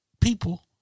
people